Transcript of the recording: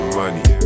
money